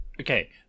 Okay